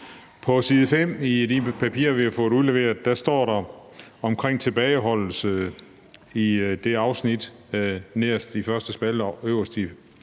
På side 5 i de papirer, vi har fået udleveret, står der om tilbageholdelse i det afsnit nederst i første spalte og øverst i